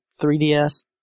3DS